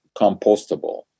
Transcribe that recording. compostable